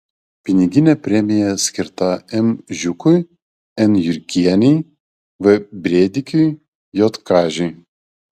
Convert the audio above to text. piniginė premija skirta m žiūkui n jurkienei v brėdikiui j kažiui